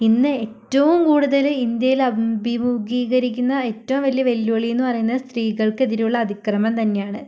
ഇന്ന് ഏറ്റവും കൂടുതല് ഇന്ത്യയില് അഭിമുഖീകരിക്കുന്ന ഏറ്റവും വലിയ വെല്ലുവിളിയെന്ന് പറയുന്നത് സ്ത്രീകൾക്കെതിരെയുള്ള അതിക്രമം തന്നെയാണ്